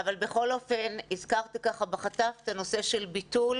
אבל בכל אופן --- בחשש, את הנושא של ביטול.